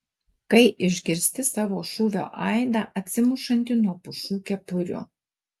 kai išgirsti savo šūvio aidą atsimušantį nuo pušų kepurių